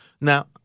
Now